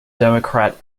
democrat